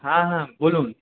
হ্যাঁ হ্যাঁ বলুন